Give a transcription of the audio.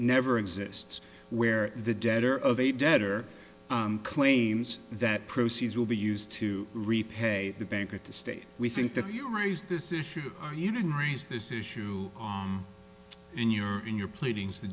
never exists where the debtor of a debtor claims that proceeds will be used to repay the bank or to state we think that you raised this issue or even raised this issue in your in your pleadings the